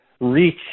reach